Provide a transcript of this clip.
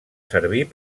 servir